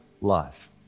life